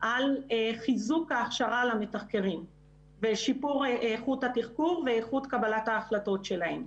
על חיזוק ההכשרה למתחקרים ושיפור איכות התחקור ואיכות קבלת החלטות שלהם.